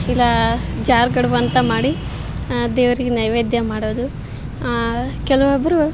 ಇಲ್ಲ ಜಾರು ಕಡುಬು ಅಂತ ಮಾಡಿ ದೇವ್ರಿಗೆ ನೈವೇದ್ಯ ಮಾಡೋದು ಕೆಲವೊಬ್ಬರು